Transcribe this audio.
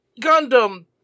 Gundam